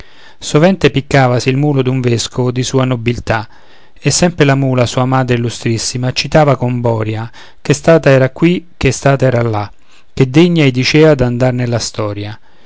genealogia sovente piccavasi il mulo d'un vescovo di sua nobiltà e sempre la mula sua madre illustrissima citava con boria che stata era qui che stata era là che degna ei diceva d'andar nella storia